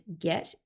get